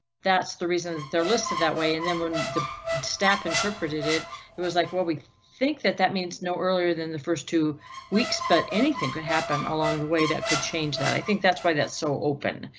that's the reason that they're listed that way, and then when the staff interpreted it, it was like, well, we think that that means no earlier than the first two weeks, but anything could happen along the way that could change that. i think that's why that's so open,